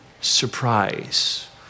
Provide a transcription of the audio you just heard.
surprise